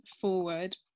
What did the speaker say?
forward